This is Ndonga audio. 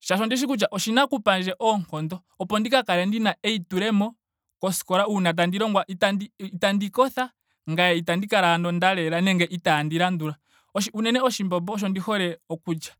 shaashi ondi shi kutya oshina oku pandje oonkondo opo ndi ka kale ndina eitulemo koskola. Uuna tandi longwa itandi itandi kotha ngame itandi kala ano nda leela nenge itandii landula. oshi unene oshimbombo osho ndi hole okulya.